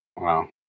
Wow